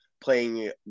playing